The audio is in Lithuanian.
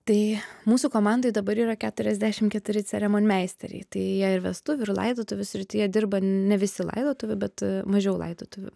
tai mūsų komandoj dabar yra keturiasdešim keturi ceremonmeisteriai tai jie ir vestuvių ir laidotuvių srityje dirba ne visi laidotuvių bet mažiau laidotuvių